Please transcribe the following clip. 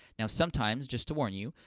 now, sometimes, just to warn you,